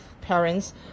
parents